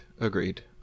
agreed